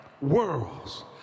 worlds